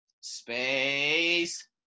space